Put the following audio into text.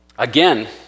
Again